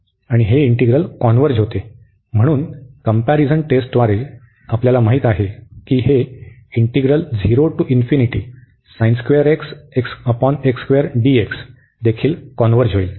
आणि हे integral converge होते म्हणून कंम्पॅरिझन टेस्टद्वारे आम्हाला माहित आहे की हेदेखील कॉन्व्हर्ज होईल